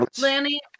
Lanny